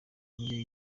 indyo